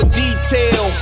detail